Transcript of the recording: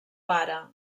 pare